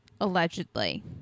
allegedly